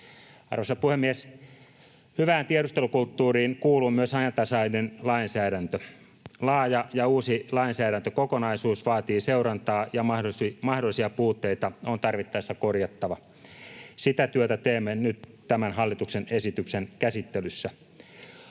Arvoisa puhemies! Hyvään tiedustelukulttuuriin kuuluu myös ajantasainen lainsäädäntö. Laaja ja uusi lainsäädäntökokonaisuus vaatii seurantaa, ja mahdollisia puutteita on tarvittaessa korjattava. Sitä työtä teemme nyt tämän hallituksen esityksen käsittelyssä.